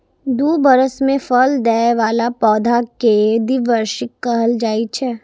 दू बरस मे फल दै बला पौधा कें द्विवार्षिक कहल जाइ छै